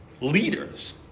leaders